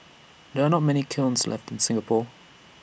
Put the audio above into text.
there are not many kilns left in Singapore